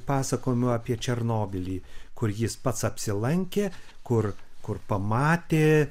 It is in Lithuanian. pasakojimu apie černobylį kur jis pats apsilankė kur kur pamatė